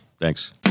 Thanks